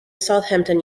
southampton